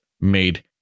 made